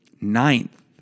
ninth